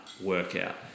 workout